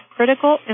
Critical